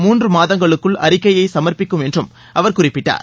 மூன்று மாதங்களுக்குள் அறிக்கையை சமர்ப்பிக்கும் என்றும் அவர் குறிப்பிட்டார்